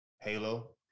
Halo